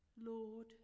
Lord